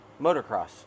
motocross